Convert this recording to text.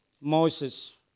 Moses